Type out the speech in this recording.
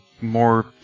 more